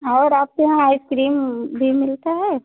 और आपके यहाँ आइस क्रीम भी मिलता है